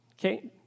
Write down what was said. Okay